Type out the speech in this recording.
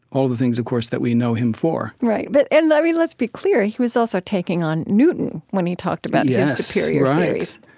all the things of course that we know him for right. but and, i mean, let's be clear. he was also taking on newton when he talked about his superior theories